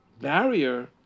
barrier